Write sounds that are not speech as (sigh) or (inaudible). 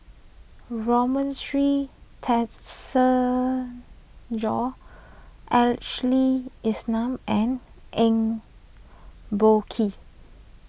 (unintelligible) Ashley Isham and Eng Boh Kee